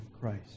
Christ